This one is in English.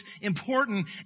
important